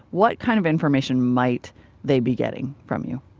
what kind of information might they be getting from you?